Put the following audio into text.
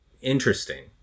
interesting